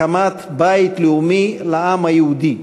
הקמת בית לאומי לעם היהודי,